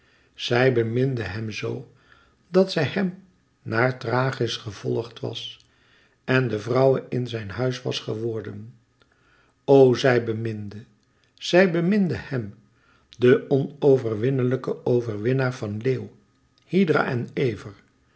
zij beminde hem zoo dat zij hem naar thrachis gevolgd was en de vrouwe in zijn huis was geworden o zij beminde zij beminde hem den onoverwinnelijken overwinnaar van leeuw hydra en ever